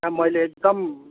मैले एकदम